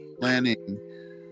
planning